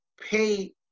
pay